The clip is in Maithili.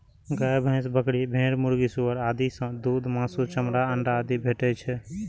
गाय, भैंस, बकरी, भेड़, मुर्गी, सुअर आदि सं दूध, मासु, चमड़ा, अंडा आदि भेटै छै